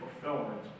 fulfillment